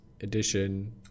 edition